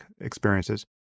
experiences